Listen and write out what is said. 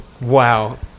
Wow